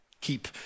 keep